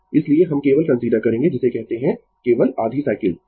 इसलिए हम केवल कंसीडर करेंगें जिसे कहते है केवल आधी साइकिल ठीक है